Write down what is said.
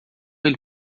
ele